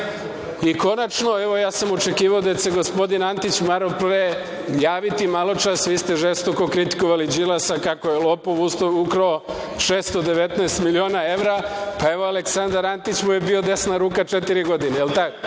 korupcije? Konačno, evo, ja sam očekivao da će se gospodin Antić malo pre javiti, maločas vi ste žestoko kritikovali Đilasa kako je lopov, ukrao 619.000.000 evra, pa, evo, Aleksandar Antić mu je bio desna ruka četiri godine. Ili duže